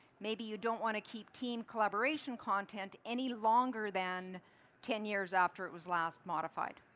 maybe you don't want to keep team collaboration content any longer than ten years after it was last modified.